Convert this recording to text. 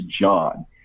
John